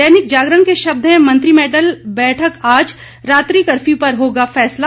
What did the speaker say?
दैनिक जागरण के शब्द हैं मंत्रिमण्डल बैठक आज रात्रि कर्फ्यू पर होगा फैसला